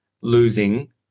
losing